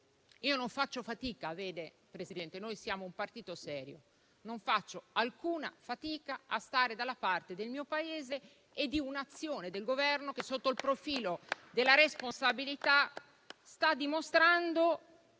il tema dell'Ucraina e di Israele. Noi siamo un partito serio, quindi non faccio alcuna fatica a stare dalla parte del mio Paese e di un'azione del Governo che, sotto il profilo della responsabilità, sta dimostrando